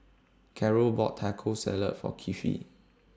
Carol bought Taco Salad For Kiefer